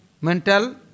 mental